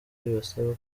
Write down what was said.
ibasaba